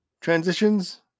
transitions